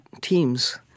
teams